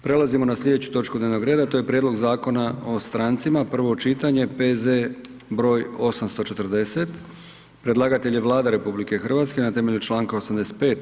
Prelazimo na slijedeću točku dnevnog reda, to je: - Prijedlog Zakona o strancima, prvo čitanje, P.Z.E. broj 840 Predlagatelj je Vlada RH na temelju Članka 85.